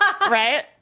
Right